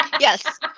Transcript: Yes